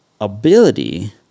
ability